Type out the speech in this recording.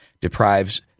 deprives